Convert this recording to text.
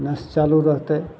नस चालू रहतय